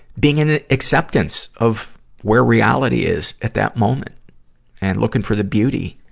being in an acceptance of where reality is at that moment and looking for the beauty.